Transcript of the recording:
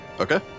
Okay